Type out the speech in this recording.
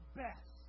best